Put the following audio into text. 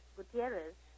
Gutierrez